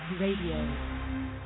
Radio